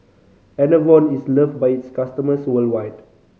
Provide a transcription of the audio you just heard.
Enervon is loved by its customers worldwide